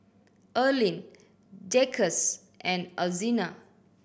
Erline Jacquez and Alzina